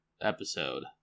episode